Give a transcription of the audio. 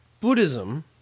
Buddhism